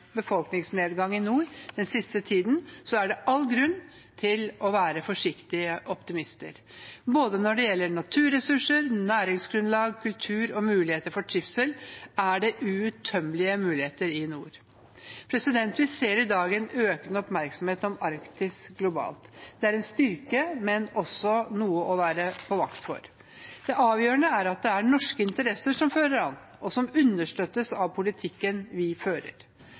befolkningsnedgang i nord den siste tiden, er det all grunn til å være forsiktige optimister. Både når det gjelder naturressurser, næringsgrunnlag, kultur og muligheter for trivsel, er det uuttømmelige muligheter i nord. Vi ser i dag en økende oppmerksomhet om Arktis globalt. Det er en styrke, men også noe å være på vakt for. Det avgjørende er at det er norske interesser som fører an, og som understøttes av politikken vi fører.